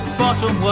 bottom